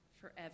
forever